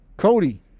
Cody